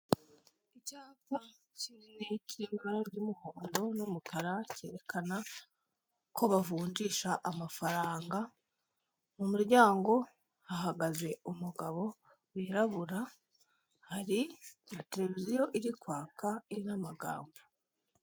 Icyapa kinini cy'ibara ry'umuhondo n'umukara cyerekana ko bavunjisha amafaranga, mu muryango hagaze umugabo wirabura, hari tereviziyo iri kwaka irimo amagambo.